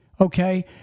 Okay